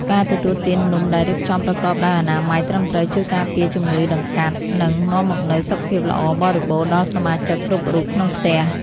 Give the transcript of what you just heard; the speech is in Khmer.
ការទទួលទាននំដែលរៀបចំប្រកបដោយអនាម័យត្រឹមត្រូវជួយការពារជំងឺតម្កាត់ និង នាំមកនូវសុខភាពល្អបរិបូរណ៍ដល់សមាជិកគ្រប់រូបក្នុងផ្ទះ។